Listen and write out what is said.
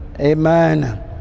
Amen